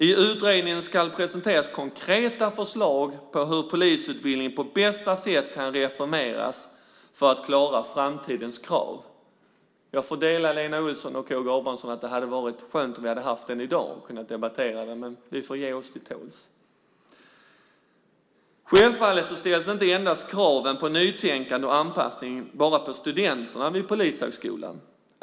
I utredningen ska presenteras konkreta förslag på hur polisutbildningen på bästa sätt kan reformeras för att klara framtidens krav. Jag får dela Lena Olssons och K G Abramssons åsikt om att det hade varit skönt om vi hade haft den i dag och kunnat debattera den, men vi får ge oss till tåls. Självfallet ställs inte kraven på nytänkande och anpassning bara på studenterna vid polishögskolan.